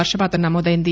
వర్వపాతం నమోదైంది